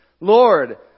Lord